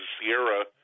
Sierra